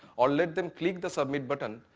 or let them click the submit button,